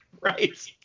right